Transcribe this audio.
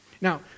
Now